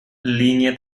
línea